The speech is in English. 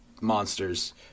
monsters